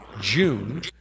June